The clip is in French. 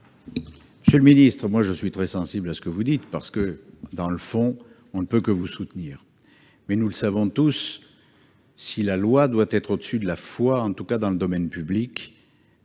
Monsieur le ministre, je suis très sensible à ce que vous dites. Dans le fond, on ne peut que vous soutenir. Mais, nous le savons tous, si la loi doit être au-dessus de la foi, en tout cas dans le domaine public,